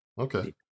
Okay